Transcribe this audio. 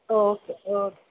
okay okay